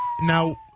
Now